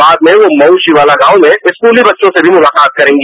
बाद में वो मऊ शिवाला गांव में स्कूली बच्चों से भी मुलाकात करेंगी